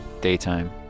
Daytime